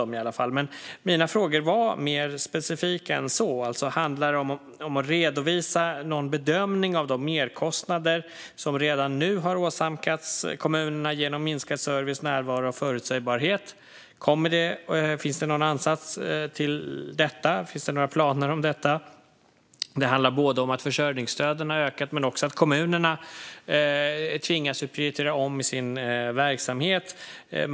Mina frågor var dock mer specifika än så. Handlar det om att redovisa någon bedömning av de merkostnader som redan nu har åsamkats kommunerna genom minskad service, närvaro och förutsägbarhet? Finns det någon ansats till eller några planer om detta? Det handlar både om att försörjningsstöden har ökat och om att kommunerna tvingas prioritera om i sin verksamhet.